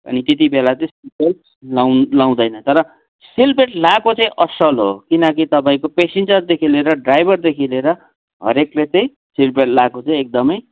अनि त्यतिबेला चाहिँ सिट बेल्ट लाउँ लाउँदैन तर सिट बेल्ट लाएको चाहिँ असल हो किनकि तपाईँको पेसेन्जरदेखि लेएर ड्राइभरदेखि लेएर हरेकले चाहिँ सिट बेल्ट लाएको चाहिँ एकदमै